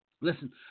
Listen